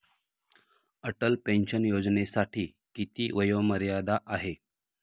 Atal pension योजनेसाठी किती वयोमर्यादा आहे?